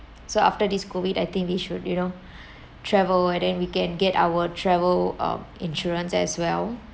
so after this COVID I think they should you know travel and then we can get our travel um insurance as well